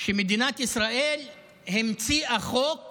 שמדינת ישראל המציאה חוק